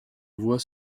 voies